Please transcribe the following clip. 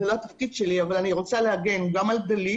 זה לא התפקיד שלי אבל אני רוצה להגן גם על דלית